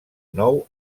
nou